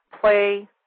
play